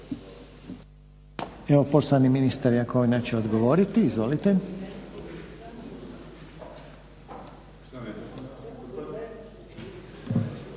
Evo poštovani ministar Jakovina će odgovoriti. Izvolite.